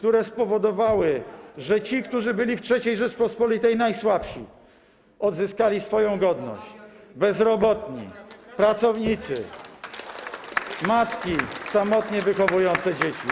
które spowodowały, że ci, którzy byli w III Rzeczypospolitej najsłabsi, odzyskali swoją godność - bezrobotni, pracownicy, matki samotnie wychowujące dzieci.